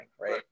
right